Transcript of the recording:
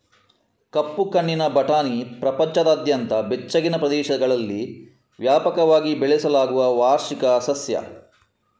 ಕಪ್ಪು ಕಣ್ಣಿನ ಬಟಾಣಿ ಪ್ರಪಂಚದಾದ್ಯಂತ ಬೆಚ್ಚಗಿನ ಪ್ರದೇಶಗಳಲ್ಲಿ ವ್ಯಾಪಕವಾಗಿ ಬೆಳೆಸಲಾಗುವ ವಾರ್ಷಿಕ ಸಸ್ಯ